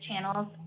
channels